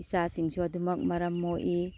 ꯏꯆꯥꯁꯤꯡꯁꯨ ꯑꯗꯨꯃꯛ ꯃꯔꯝ ꯃꯣꯛꯏ